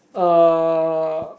uh